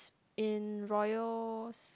in Royal